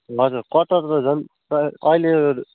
हजुर कटहर त झन् प्रायः अहिले